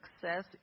success